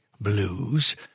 blues